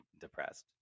depressed